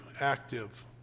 active